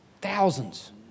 Thousands